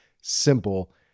simple